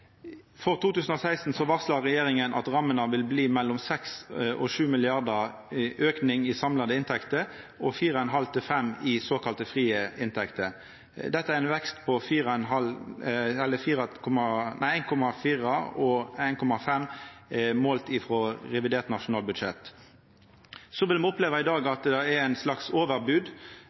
For 2016 varslar regjeringa at det i rammene vil bli ein auke på mellom 6 og 7 mrd. kr i samla inntekter og 4,5–5 mrd. kr i såkalla frie inntekter. Dette er ein vekst på 1,4–1,5 pst. målt utifrå revidert nasjonalbudsjett. Så vil me i dag oppleva ein slags overbod,